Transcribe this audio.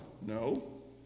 no